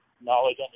knowledge